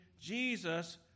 Jesus